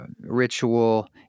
ritual